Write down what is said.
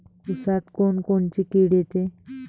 ऊसात कोनकोनची किड येते?